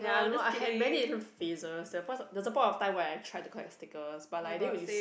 I don't know I had many different phases there's point there's a point of time where I try to collect stickers but like I didn't really